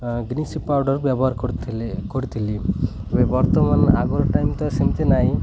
ଗ୍ରୀନ୍ସିପ powder ବ୍ୟବହାର କରିଥିଲେ କରିଥିଲି ହେଲେ ବର୍ତ୍ତମାନ ଆଗର ଟାଇମ ତ ସେମିତି ନାହିଁ